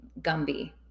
gumby